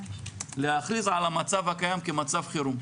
להכריז על המצב הקיים כמצב חירום,